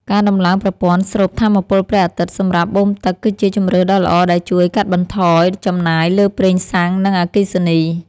ការដំឡើងប្រព័ន្ធស្រូបថាមពលព្រះអាទិត្យសម្រាប់បូមទឹកគឺជាជម្រើសដ៏ល្អដែលជួយកាត់បន្ថយចំណាយលើប្រេងសាំង និងអគ្គិសនី។